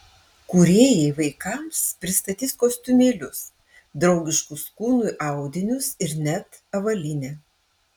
kūrėjai vaikams pristatys kostiumėlius draugiškus kūnui audinius ir net avalynę